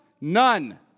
None